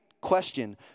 question